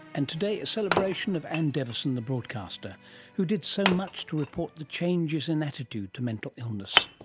and today a celebration of anne deveson, the broadcaster who did so much to report the changes in attitude to mental illness.